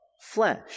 flesh